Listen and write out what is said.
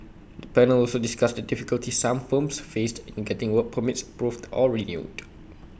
the panel also discussed the difficulties some firms faced in getting work permits approved or renewed